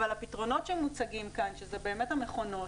אבל הפתרונות שמוצגים כאן שזה באמת המכונות,